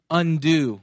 undo